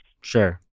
Sure